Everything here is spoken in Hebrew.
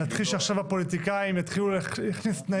נתחיל שעכשיו הפוליטיקאים יתחילו להכניס תנאים,